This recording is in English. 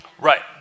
Right